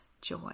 joy